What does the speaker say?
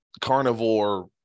carnivore